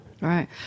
Right